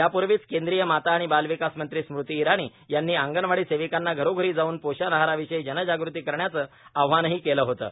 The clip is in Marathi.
यापूर्वीच केंद्रीय माता आणि बाल विकास मंत्री स्मृती इराणी यांनी आंगणवाडी सेविकांना घरोघरी जाऊन पोषण आहाराविषयी जनजागृती करण्याचं आव्हानही केलं होतं